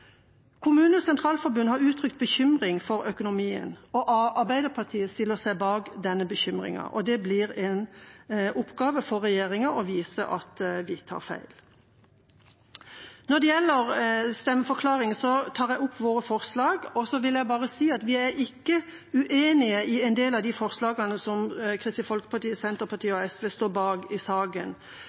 har uttrykt bekymring for økonomien, og Arbeiderpartiet stiller seg bak denne bekymringen. Det blir en oppgave for regjeringen å vise at de tar feil. Når det gjelder stemmeforklaring, tar jeg opp vårt forslag. Så vil jeg bare si at vi ikke er uenige i en del av de forslagene som Kristelig Folkeparti, Senterpartiet og Sosialistisk Venstreparti står bak i saken